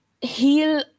heal